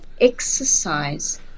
exercise